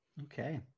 Okay